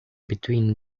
between